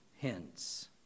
hence